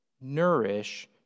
Nourish